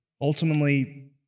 ultimately